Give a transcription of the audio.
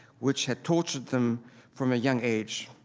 which had tortured them from a young age.